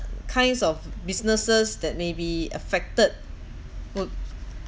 kinds of businesses that may be affected would